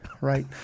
Right